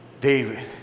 David